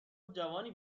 جوانی